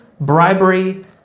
bribery